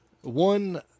One